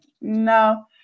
No